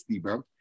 bro